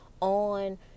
on